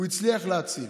הוא הצליח להציל,